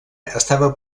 estava